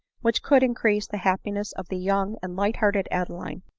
which could increase the hap piness of the young and light-hearted adeline,